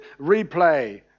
replay